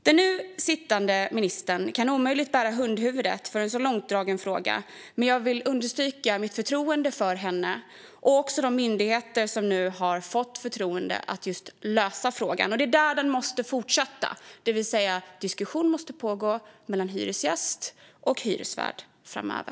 Den nu sittande ministern kan omöjligen bära hundhuvudet för en så långdragen fråga, men jag vill understryka mitt förtroende för henne och för de myndigheter som nu har fått förtroende att lösa frågan. Det är där den måste fortsätta, det vill säga att diskussionen måste pågå mellan hyresgäst och hyresvärd framöver.